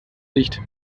licht